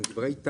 הם דברי טעם.